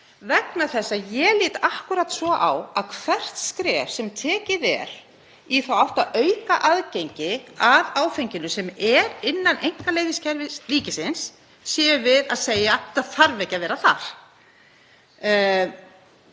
vegna þess að ég lít akkúrat svo á að hvert skref sem tekið er í þá átt að auka aðgengi að áfenginu, sem er innan einkaleyfiskerfis ríkisins, séum við að segja: Þetta þarf ekki að vera þar.